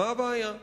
מה הבעיה,